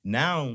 now